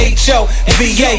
H-O-V-A